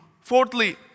Fourthly